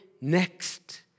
next